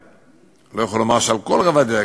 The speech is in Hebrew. אני לא יכול לומר שעל כל רבדיה,